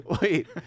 wait